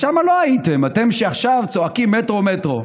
שם לא הייתם, אתם, שעכשיו צועקים: מטרו, מטרו.